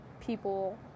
people